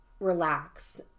relax